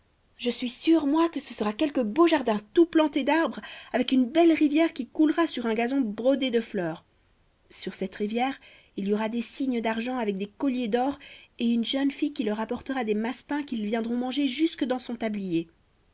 je suis sûre moi que ce sera quelque beau jardin tout planté d'arbres avec une belle rivière qui coulera sur un gazon brodé de fleurs sur cette rivière il y aura des cygnes d'argent avec des colliers d'or et une jeune fille qui leur apportera des massepains qu'ils viendront manger jusque dans son tablier